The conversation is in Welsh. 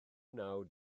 naw